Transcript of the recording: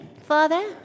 Father